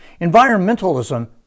Environmentalism